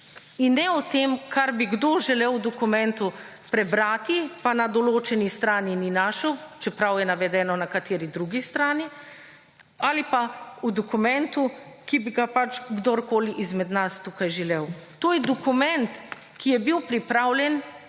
in ne o tem, kar bi kdo želel v dokumentu prebrati pa na določeni strani ni našel, čeprav je navedeno na kateri drugi strani, ali pa v dokumentu, ki bi ga pač kdorkoli izmed nas tukaj želel. To je dokument, ki je bil pripravljen